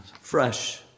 fresh